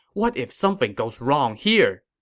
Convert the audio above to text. what if something goes wrong here?